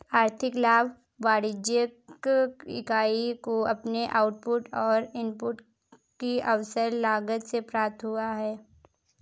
आर्थिक लाभ वाणिज्यिक इकाई को अपने आउटपुट और इनपुट की अवसर लागत से प्राप्त हुआ है